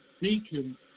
beacon